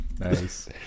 Nice